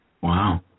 wow